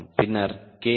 பின்னர் கே